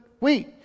wait